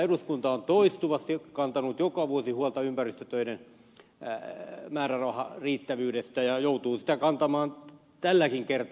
eduskunta on toistuvasti kantanut joka vuosi huolta ympäristötöiden määrärahojen riittävyydestä ja joutuu sitä kantamaan tälläkin kertaa